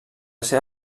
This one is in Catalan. seva